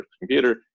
computer